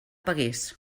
pagués